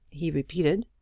he repeated.